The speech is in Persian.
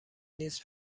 نیز